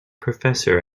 professor